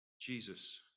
jesus